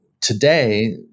today